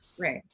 Right